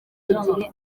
igihe